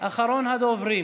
אחרון הדוברים.